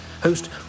host